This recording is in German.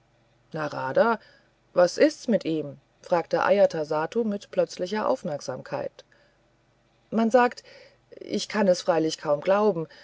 narada was ist's mit ihm fragte ajatasattu mit plötzlicher aufmerksamkeit man sagt ich kann es freilich kaum glauben